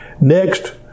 Next